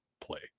play